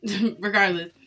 regardless